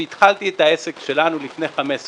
וכשהתחלתי את העסק שלנו, לפני 15 שנה,